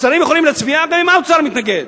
שרים יכולים להצביע גם אם האוצר מתנגד.